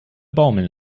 baumeln